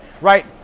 right